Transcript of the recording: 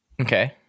Okay